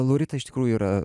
laurita iš tikrųjų yra